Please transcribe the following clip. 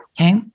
Okay